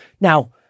Now